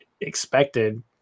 expected